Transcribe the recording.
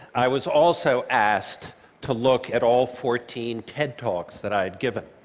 i was also asked to look at all fourteen ted talks that i had given,